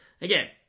Again